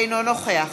אינו נוכח